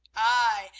ay,